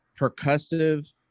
percussive